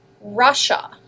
Russia